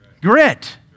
Grit